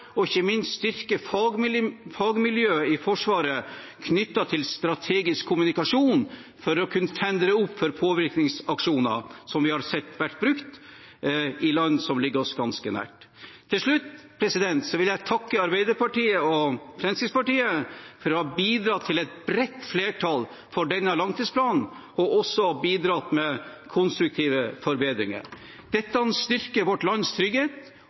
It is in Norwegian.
og ikke minst styrke fagmiljøet i Forsvaret knyttet til strategisk kommunikasjon for å kunne demme opp for påvirkningsaksjoner som vi har sett vært brukt i land som ligger oss ganske nær. Til slutt vil jeg takke Arbeiderpartiet og Fremskrittspartiet for å ha bidratt til et bredt flertall for denne langtidsplanen og også bidratt med konstruktive forbedringer. Dette styrker vårt lands trygghet,